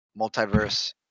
multiverse